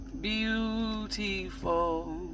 Beautiful